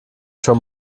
schon